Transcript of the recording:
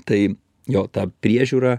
tai jo ta priežiūra